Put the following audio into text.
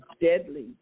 deadly